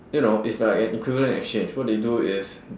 you know it's like an equivalent exchange what they do is